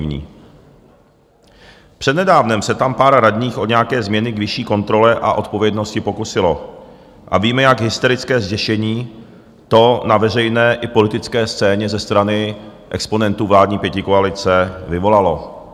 Před nedávnem se tam pár radních o nějaké změny k vyšší kontrole a odpovědnosti pokusilo a víme, jak hysterické zděšení to na veřejné i politické scéně ze strany exponentů vládní pětikoalice vyvolalo.